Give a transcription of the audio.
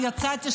יצאתי,